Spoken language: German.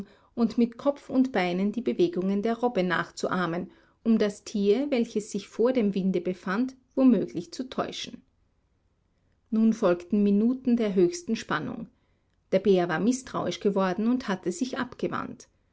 und mit kopf und beinen die bewegungen der robbe nachzuahmen um das tier welches sich vor dem winde befand womöglich zu täuschen nun folgten minuten der höchsten spannung der bär war mißtrauisch geworden und hatte sich abgewandt